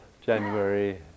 January